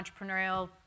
Entrepreneurial